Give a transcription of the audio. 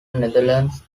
netherlands